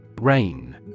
RAIN